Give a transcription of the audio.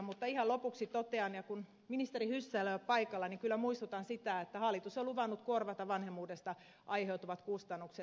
mutta ihan lopuksi totean ja kun ministeri hyssälä ei ole paikalla muistutan siitä että hallitus on luvannut korvata vanhemmuudesta aiheutuvat kustannukset